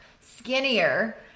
skinnier